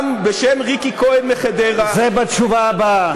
גם בשם ריקי כהן מחדרה, זה בתשובה הבאה.